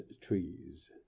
trees